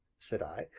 said i.